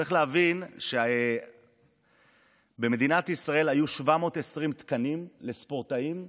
צריך להבין שבמדינת ישראל היו 720 תקנים לספורטאים בצבא.